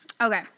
Okay